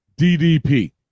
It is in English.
DDP